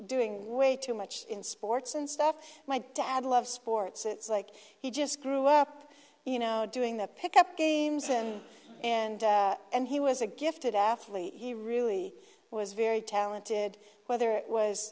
doing way too much in sports and stuff my dad loves sports it's like he just grew up you know doing the pickup games and and and he was a gifted athlete he really was very talented whether it was